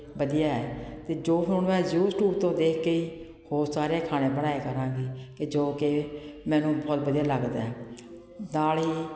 ਵਧੀਆ ਹੈ ਅਤੇ ਜੋ ਹੁਣ ਮੈਂ ਯੂਟਿਊਬ ਤੋਂ ਦੇਖ ਕੇ ਹੀ ਹੋਰ ਸਾਰੇ ਖਾਣੇ ਬਣਾਏ ਕਰਾਂਗੀ ਕਿ ਜੋ ਕਿ ਮੈਨੂੰ ਬਹੁਤ ਵਧੀਆ ਲੱਗਦਾ ਹੈ ਦਾਲ ਹੀ